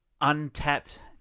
untapped